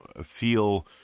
feel